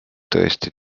tõesti